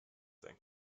thing